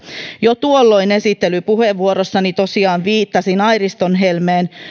jo tuolloin esittelypuheenvuorossani tosiaan viittasin airiston helmeen